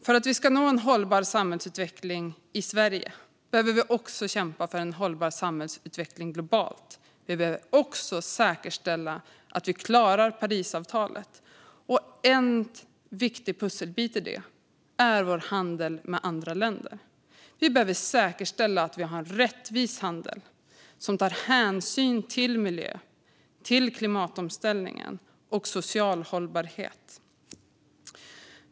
För att vi ska nå en hållbar samhällsutveckling i Sverige behöver vi också kämpa för en hållbar samhällsutveckling globalt. Vi behöver även säkerställa att vi klarar Parisavtalet. En viktig pusselbit i detta är vår handel med andra länder. Vi behöver säkerställa att vi har en rättvis handel som tar hänsyn till miljön, till klimatomställningen och till social hållbarhet.